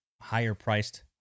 higher-priced